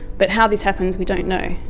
but how this happens we don't know,